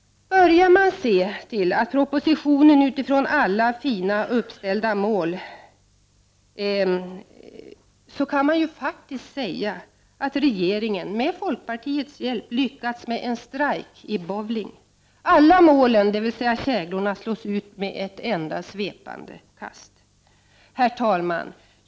Ser man på propositionen utifrån alla fina uppställda mål, så kan man ju faktiskt säga att regeringen med folkpartiets hjälp lyckats med en strike i bowling. Alla målen, dvs. käglorna, slås ut med ett enda svepande kast. Herr talman!